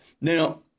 Now